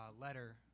letter